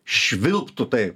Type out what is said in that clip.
švilptų tai